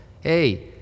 hey